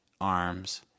arms